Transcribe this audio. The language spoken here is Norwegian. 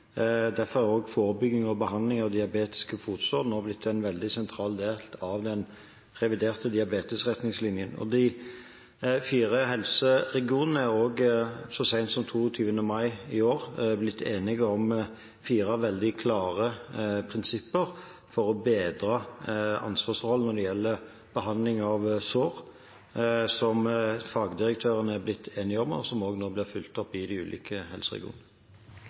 Derfor er også forebygging og behandling av diabetiske fotsår nå blitt en veldig sentral del av den reviderte diabetesretningslinjen. De fire helseregionene er også så sent som 22. mai i år blitt enige om fire veldig klare prinsipper for å bedre ansvarsforholdene når det gjelder behandling av sår, noe fagdirektørene er blitt enige om, og som nå også blir fulgt opp i de ulike helseregionene.